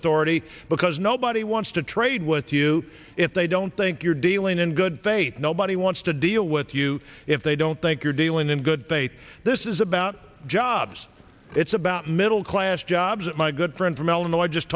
authority because nobody wants to trade with you if they don't think you're dealing in good faith nobody wants to deal with you if they don't think you're dealing in good faith this is about jobs it's about middle class jobs that my good friend from illinois just